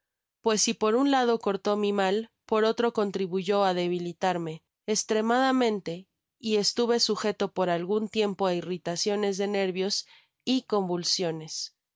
pues si por un lado cortó mi mal porotro contribuyó á debilitarme estimadamente yestuve sujeto por algun tiempo á irritaciones de nervios y convulsiones